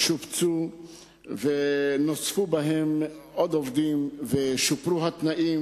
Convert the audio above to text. הם שופצו ונוספו בהם עובדים ושופרו התנאים.